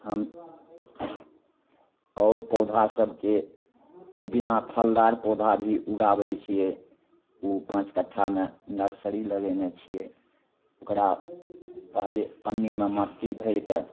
हम आओर पौधा सबके बिना फलदार पौधा भी उगाबै छिए ओ पाँच कट्ठामे नर्सरी लगेने छिए ओकरा पहिले पन्नीमे मट्टी भरिके